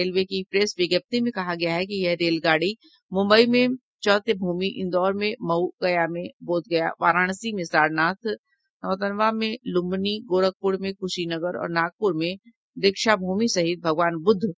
railway की press विज्ञप्ति में कहा गया है कि यह रेलगाड़ी मुम्बई में चौत्यभूमि इंदौर में मउ गया में बोधगया वाराणसी में सारनाथ नौतनवा में लुम्बिनी गोरखपुर में कुशीनगर और नागपुर में दीक्षाभूमि सहित भगवान ब्रद्ध